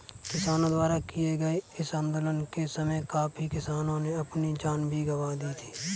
किसानों द्वारा किए गए इस आंदोलन के समय काफी किसानों ने अपनी जान भी गंवा दी थी